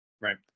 Right